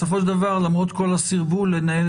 בסופו של דבר למרות כל הסרבול לנהל